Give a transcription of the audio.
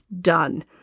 done